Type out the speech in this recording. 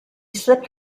slipped